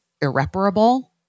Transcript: irreparable